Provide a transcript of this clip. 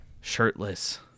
shirtless